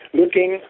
looking